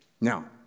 Now